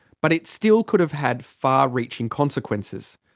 but it still could have had far-reaching consequences.